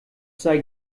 sei